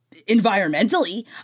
environmentally